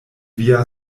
via